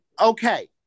Okay